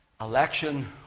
Election